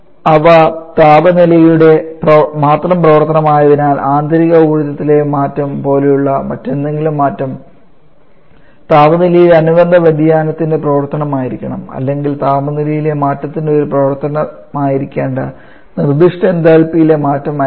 ഇപ്പോൾ അവ താപനിലയുടെ മാത്രം പ്രവർത്തനങ്ങളായതിനാൽ ആന്തരിക ഊർജ്ജ ത്തിലെ മാറ്റം പോലുള്ള ഏതെങ്കിലും മാറ്റം താപനിലയിലെ അനുബന്ധ വ്യതിയാനത്തിന്റെ പ്രവർത്തനമായിരിക്കണം അല്ലെങ്കിൽ താപനിലയിലെ മാറ്റത്തിന്റെ ഒരു പ്രവർത്തനമായിരിക്കേണ്ട നിർദ്ദിഷ്ട എന്തൽപിയിലെ മാറ്റമായിരിക്കണം